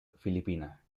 filipina